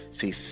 See